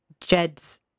Jed's